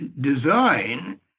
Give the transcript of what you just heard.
design